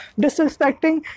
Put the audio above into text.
disrespecting